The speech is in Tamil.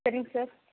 சரிங்க சார்